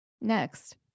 next